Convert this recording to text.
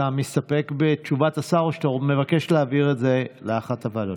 אתה מסתפק בתשובת השר או שאתה מבקש להעביר את זה לאחת הוועדות?